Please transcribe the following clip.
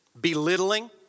belittling